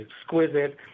exquisite